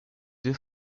deux